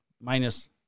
minus